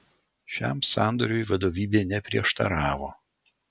šiam sandoriui vadovybė neprieštaravo